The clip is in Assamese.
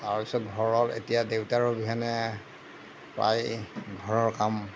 তাৰপিছত ধৰক এতিয়া দেউতাৰ অবিহনে প্ৰায়ে ঘৰৰ কাম